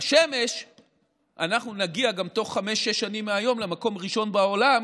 בשמש אנחנו נגיע בתוך חמש-שש שנים מהיום למקום הראשון בעולם,